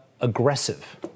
aggressive